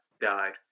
died